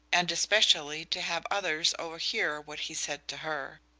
and especially to have others overhear what he said to her.